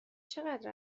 چقدر